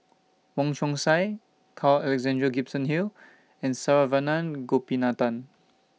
Wong Chong Sai Carl Alexander Gibson Hill and Saravanan Gopinathan